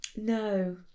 no